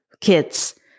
kids